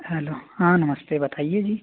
hello हाँ नमस्ते बताइए जी